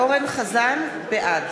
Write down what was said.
אורן אסף חזן, בעד